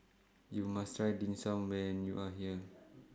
YOU must Try Dim Sum when YOU Are here